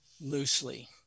Loosely